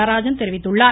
நடராஜன் தெரிவித்துள்ளார்